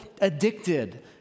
addicted